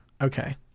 okay